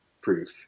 proof